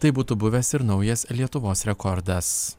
tai būtų buvęs ir naujas lietuvos rekordas